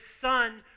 son